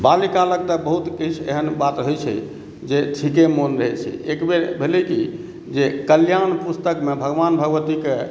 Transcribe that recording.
बाल्य कालक तऽ बहुत किछु एहन बात होइत छै जे ठीके मोन रहैत छै एक बेर भेलै कि जे कल्याण पुस्तकमे भगवान भगवतीके